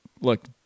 look